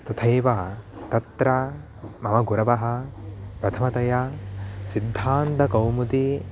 तथैव तत्र मम गुरवः प्रथमतया सिद्धान्तकौमुदी